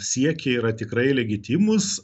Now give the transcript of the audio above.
siekiai yra tikrai legitimūs